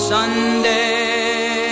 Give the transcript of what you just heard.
Sunday